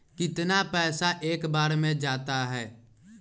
कितना पैसा एक बार में जाता है?